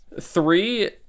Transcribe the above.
three